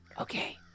Okay